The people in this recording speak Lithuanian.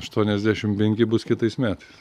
aštuoniasdešimt penki bus kitais metais